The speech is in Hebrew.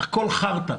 הכול חרטא.